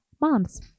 Moms